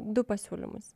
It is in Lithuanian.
du pasiūlymus